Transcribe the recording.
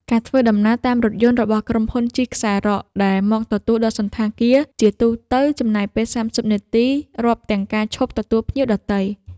ការធ្វើដំណើរតាមរថយន្តរបស់ក្រុមហ៊ុនជិះខ្សែរ៉កដែលមកទទួលដល់សណ្ឋាគារ ជាទូទៅចំណាយពេល ៣០ នាទី រាប់ទាំងការឈប់ទទួលភ្ញៀវដទៃ។